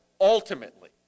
ultimately